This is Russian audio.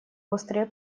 острые